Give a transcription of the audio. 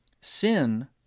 Sin